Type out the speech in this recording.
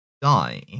die